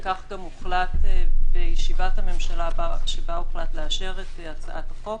וכך גם הוחלט בישיבת הממשלה שבה הוחלט לאשר את הצעת החוק